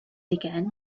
again